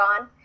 on